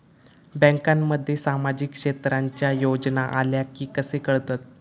बँकांमध्ये सामाजिक क्षेत्रांच्या योजना आल्या की कसे कळतत?